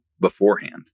beforehand